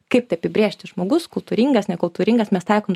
kaip tai apibrėžti žmogus kultūringas nekultūringas mes taikom